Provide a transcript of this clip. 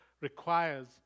requires